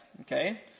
okay